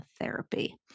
therapy